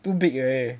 too big already